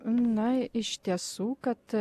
na iš tiesų kad